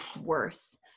worse